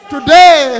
Today